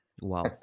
Wow